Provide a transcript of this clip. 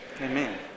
Amen